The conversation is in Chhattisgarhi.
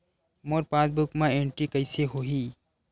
मोर पासबुक मा एंट्री कइसे होही?